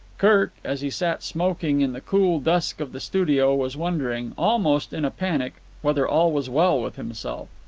kirk, as he sat smoking in the cool dusk of the studio, was wondering, almost in a panic, whether all was well with himself.